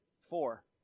Four